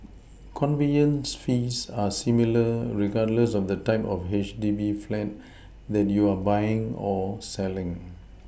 conveyance fees are similar regardless of the type of H D B flat that you are buying or selling